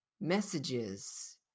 messages